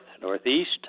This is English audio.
northeast